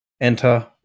Enter